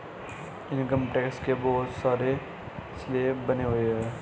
income tax के बहुत सारे स्लैब बने हुए हैं